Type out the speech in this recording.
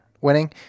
winning